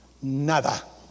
Nada